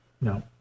No